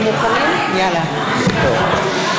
מזכירת הכנסת ירדנה מלר-הורוביץ: